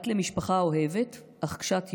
בת למשפחה אוהבת אך קשת יום,